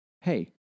Hey